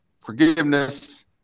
forgiveness